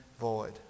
void